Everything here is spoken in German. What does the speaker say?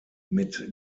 mit